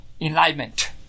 Enlightenment